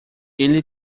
ele